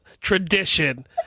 tradition